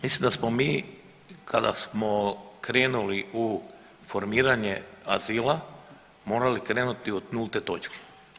Mislim da smo mi kada smo krenuli u formiranje azila morali krenuti od nulte točke.